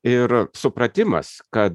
ir supratimas kad